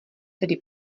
tedy